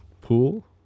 Pool